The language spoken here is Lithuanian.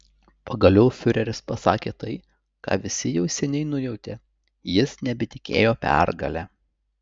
pagaliau fiureris pasakė tai ką visi jau seniai nujautė jis nebetikėjo pergale